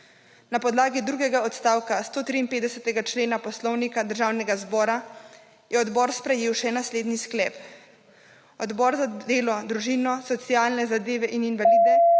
Na podlagi drugega odstavka 153. člena Poslovnika Državnega zbora, je odbor sprejel še naslednji sklep: »Odbor za delo, družino, socialne zadeve in invalide